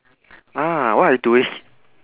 ah what are y~ doing